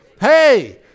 Hey